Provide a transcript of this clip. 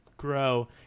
Grow